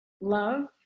love